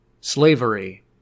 Slavery